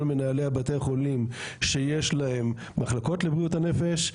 כל מנהלי בתי החולים שיש להם מחלקות לבריאות הנפש.